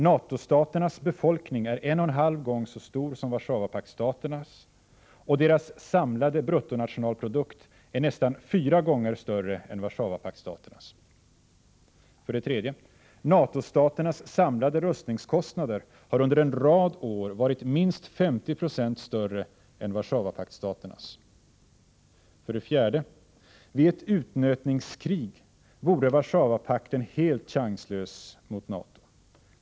NATO-staternas befolkning är en och en halv gång så stor som Warszawapaktstaternas och deras samlade BNP är nästan fyra gånger större än Warszawapaktstaternas. 3. NATO-staternas samlade rustningskostnader har under en rad år varit minst 50 70 större än Warszawapaktstaternas. 4. Vid ett utnötningskrig vore Warszawapakten helt chanslös mot NATO.